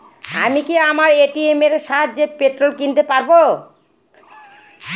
আমি কি আমার এ.টি.এম এর সাহায্যে পেট্রোল কিনতে পারব?